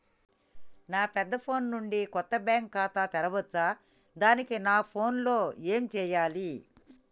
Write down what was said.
నా పెద్ద ఫోన్ నుండి కొత్త బ్యాంక్ ఖాతా తెరవచ్చా? దానికి నా ఫోన్ లో ఏం చేయాలి?